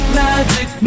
magic